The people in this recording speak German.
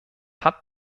hat